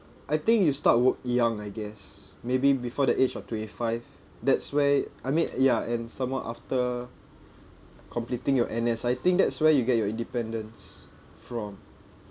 I think you start work young I guess maybe before the age of twenty five that's where I mean ya and some more after completing your N_S I think that's where you get your independence from